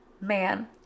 man